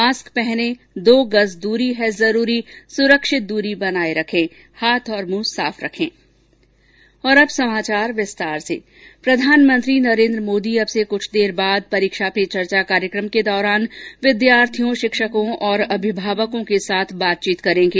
mask पहनें दो गज दूरी है जरूरी सुरक्षित दूरी बनाये रखे हाथ और मुंह साफ रखें प्रधानमंत्री नरेन्द्र मोदी अब से कुछ देर बाद परीक्षा पे चर्चा कार्यक्रम के दौरान विद्यार्थियों शिक्षकों और अभिभावकों के साथ बातचीत करेंगे